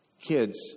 kids